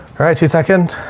all right. two second.